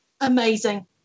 Amazing